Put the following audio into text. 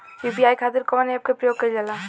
UPI खातीर कवन ऐपके प्रयोग कइलजाला?